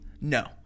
No